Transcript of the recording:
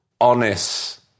honest